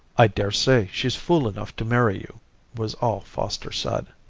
i daresay she's fool enough to marry you was all foster said.